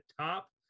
top